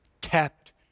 kept